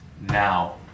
now